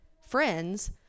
friends